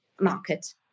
market